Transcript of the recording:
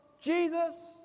Jesus